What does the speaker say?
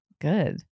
Good